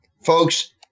folks